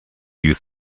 you